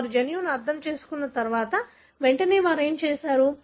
వారు జన్యువును అర్థం చేసుకున్న తర్వాత వెంటనే వారు ఏమి చేసారు